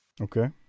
Okay